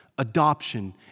Adoption